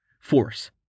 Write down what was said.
Force